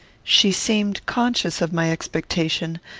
she seemed conscious of my expectation,